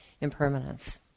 impermanence